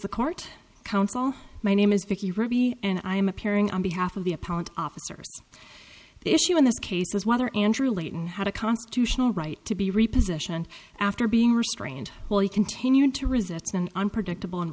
the court counsel my name is vicki roby and i am appearing on behalf of the opponent officers issue in this case is whether andrew layton had a constitutional right to be repositioned after being restrained well he continued to resist an unpredictable and